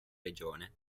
regione